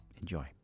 Enjoy